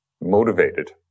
motivated